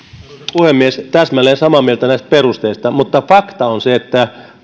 puhemies olen täsmälleen samaa mieltä näistä perusteista mutta fakta on se että